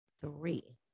three